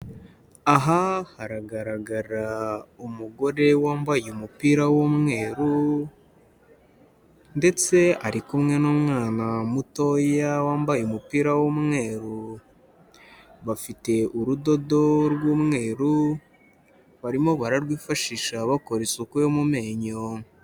Aha haragaragara umugore wambaye umupira w'umweru ndetse ari kumwe n'umwana mutoya wambaye umupira w'umweru, bafite urudodo rw'umweru barimo bararwifashisha bakora isuku yo mu menyo.